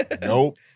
Nope